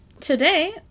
Today